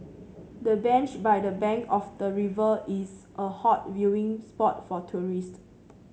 the bench by the bank of the river is a hot viewing spot for tourist